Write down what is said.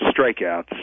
strikeouts